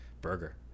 Burger